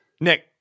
Nick